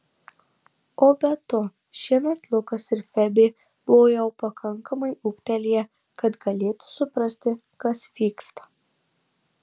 o be to šiemet lukas ir febė buvo jau pakankamai ūgtelėję kad galėtų suprasti kas vyksta